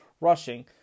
rushing